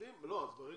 אבל חלק